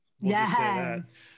Yes